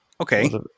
Okay